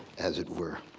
as it were.